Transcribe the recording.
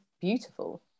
beautiful